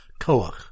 koach